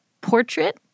portrait